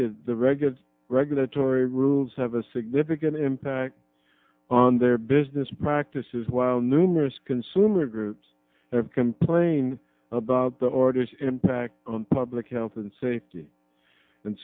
d the regular regulatory rules have a significant impact on their business practices while numerous consumer groups complain about the orders impact on public health and safety and